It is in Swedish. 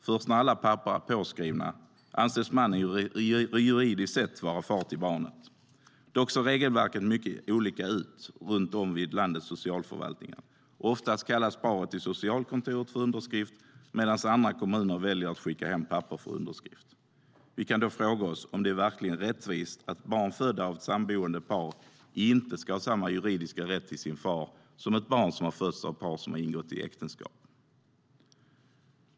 Först när alla papper är påskrivna anses mannen juridiskt sett vara far till barnet. Dock ser regelverken mycket olika ut vid landets socialförvaltningar. Oftast kallas paret till socialkontoret för underskrift, medan andra kommuner väljer att skicka hem papper för underskrift. Vi kan då fråga oss om det verkligen är rättvist att barn födda av ett samboende par inte ska ha samma juridiska rätt till sin far som ett barn som har fötts av ett par som har ingått äktenskap.